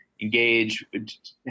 engage